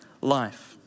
life